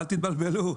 אל תתבלבלו,